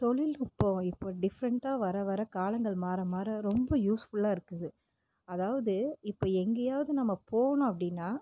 தொழில்நுட்பம் இப்போது டிஃப்ரெண்ட்டாக வர வர காலங்கள் மாற மாற ரொம்ப யூஸ் ஃபுல்லாக இருக்குது அதாவது இப்போ எங்கேயாவது நம்ம போகணும் அப்படின்னா